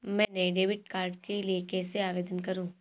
मैं नए debit card के लिए कैसे आवेदन करूं?